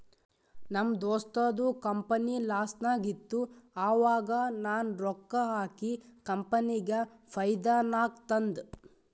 ನಮ್ ದೋಸ್ತದು ಕಂಪನಿ ಲಾಸ್ನಾಗ್ ಇತ್ತು ಆವಾಗ ನಾ ರೊಕ್ಕಾ ಹಾಕಿ ಕಂಪನಿಗ ಫೈದಾ ನಾಗ್ ತಂದ್